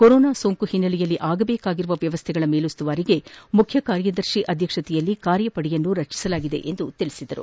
corona ಸೋಂಕಿನ ಹಿನ್ನೆಲೆಯಲ್ಲಿ ಆಗಬೇಕಾಗಿರುವ ವ್ಯವಸ್ಥೆಗಳ ಮೇಲುಸ್ತುವಾರಿಗೆ ಮುಖ್ಯ ಕಾರ್ಯದರ್ಶಿ ಅಧ್ಯಕ್ಷತೆಯಲ್ಲಿ ಕಾರ್ಯಪಡೆ ರಚಿಸಲಾಗಿದೆ ಎಂದು ತಿಳಿಸಿದರು